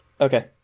Okay